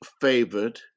favored